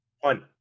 One